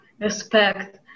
respect